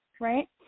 Right